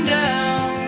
down